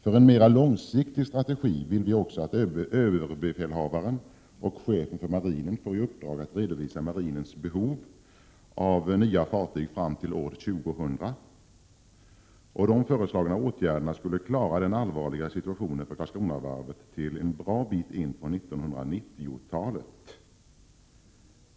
För en mer långsiktig strategi vill vi också att överbefälhavaren och chefen för marinen får i uppdrag att redovisa marinens behov av nya fartyg fram till år 2000. De föreslagna åtgärderna skulle klara den allvarliga situationen för Karlskronavarvet till en bra bit in på 1990-talet.